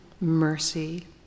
mercy